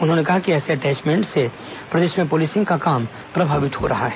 उन्होंने कहा कि ऐसे अटैचमेंट से प्रदेश में पुलिसिंग का काम प्रभावित हो रहा है